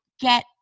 get